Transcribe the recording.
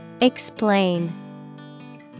Explain